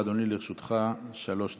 שחאדה, בבקשה, אדוני, לרשותך שלוש דקות.